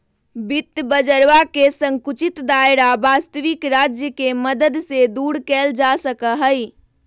वित्त बाजरवा के संकुचित दायरा वस्तबिक राज्य के मदद से दूर कइल जा सका हई